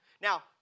Now